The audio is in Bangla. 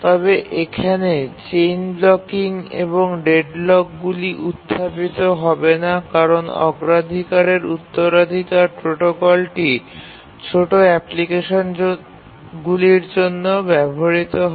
তবে এখানে চেইন ব্লকিং এবং ডেডলকগুলি উত্থাপিত হবে না কারণ অগ্রাধিকারের উত্তরাধিকার প্রোটোকলটি ছোট অ্যাপ্লিকেশনগুলির জন্য ব্যবহৃত হয়